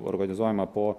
organizuojama po